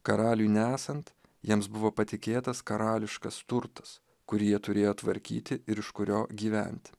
karaliui nesant jiems buvo patikėtas karališkas turtas kurį jie turėjo tvarkyti ir iš kurio gyventi